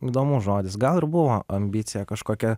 įdomus žodis gal ir buvo ambicija kažkokia